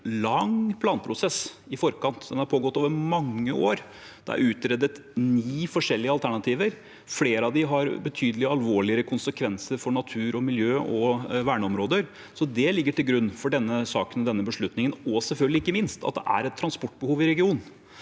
lang planprosess i forkant. Den har pågått over mange år. Det er utredet ni forskjellige alternativer. Flere av dem har betydelig alvorligere konsekvenser for natur og miljø og verneområder. Det ligger til grunn for denne saken og denne beslutningen – og selvfølgelig ikke minst at det er et transportbehov i regionen.